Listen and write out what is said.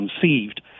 conceived